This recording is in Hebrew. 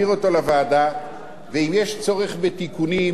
ואם יש צורך בתיקונים ובכל מיני סיפורים,